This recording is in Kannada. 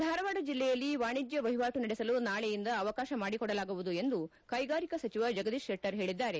ಧಾರವಾಡ ಜಿಲ್ಲೆಯಲ್ಲಿ ವಾಣಿಜ್ಯ ವಹಿವಾಟು ನಡೆಸಲು ನಾಳೆಯಿಂದ ಅವಕಾಶ ಮಾಡಿಕೊಡಲಾಗುವುದು ಎಂದು ಕೈಗಾರಿಕಾ ಸಚಿವ ಜಗದೀಶ್ ಶೆಟ್ಟರ್ ಹೇಳದ್ದಾರೆ